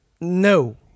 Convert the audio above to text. No